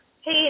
Hey